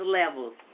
levels